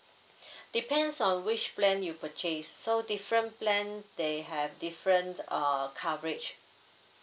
depends on which plan you purchase so different plan they have different uh coverage